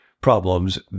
problems